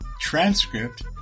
transcript